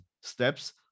steps